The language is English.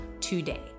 today